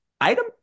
Item